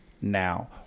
now